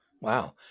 Wow